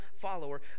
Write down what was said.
follower